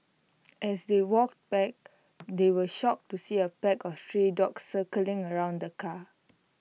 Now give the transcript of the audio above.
as they walked back they were shocked to see A pack of stray dogs circling around the car